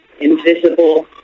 invisible